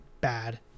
bad